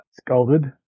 Scalded